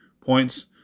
points